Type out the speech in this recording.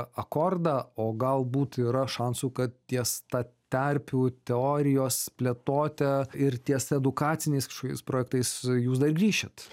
akordą o galbūt yra šansų kad ties ta terpių teorijos plėtote ir ties edukaciniais kažkokiais projektais jūs dar grįšit